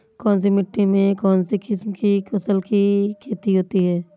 कौनसी मिट्टी में कौनसी किस्म की फसल की खेती होती है?